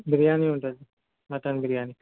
బిర్యానీ ఉంటుంది మటన్ బిర్యానీ